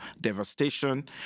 devastation